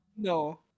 No